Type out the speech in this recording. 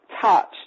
touched